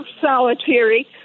solitary